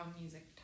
music